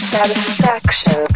Satisfaction